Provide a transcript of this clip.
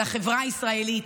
על החברה הישראלית,